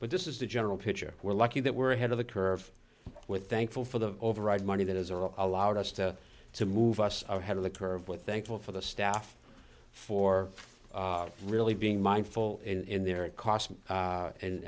but this is the general picture we're lucky that we're ahead of the curve with thankful for the override money that has all allowed us to to move us ahead of the curve with thankful for the staff for really being mindful in their cost a